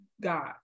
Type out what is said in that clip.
God